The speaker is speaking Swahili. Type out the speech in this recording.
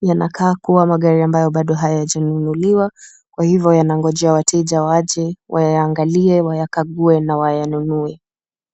yanakaa kuwa magari ambayo hayaja nunuliwa kwa hivyo yanangoja wateja waje wa yaangalie wa yakaguwe na wa yanunue.